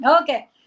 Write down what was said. Okay